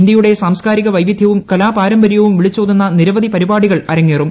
ഇന്ത്യയുടെ സാംസ്കാരിക വൈവിധ്യവും കലാപാരമ്പര്യവവും വിളിച്ചോതുന്ന നിരവധി പരിപാടികൾ അരങ്ങേറും